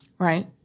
Right